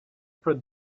for